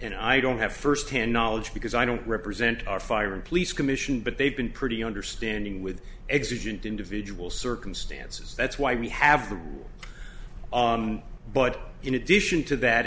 and i don't have firsthand knowledge because i don't represent our fire and police commission but they've been pretty understanding with existent individual circumstances that's why we have the but in addition to that